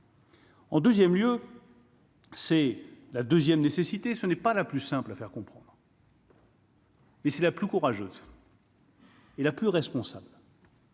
En 2ème lieu. C'est la 2ème nécessité, ce n'est pas la plus simple à faire comprendre. Et c'est la plus courageuse. Il a plus responsable.